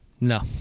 No